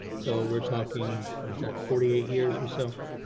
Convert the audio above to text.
so we're talking what's at forty eight years or so.